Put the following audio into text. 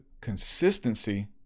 consistency